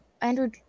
Andrew